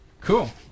cool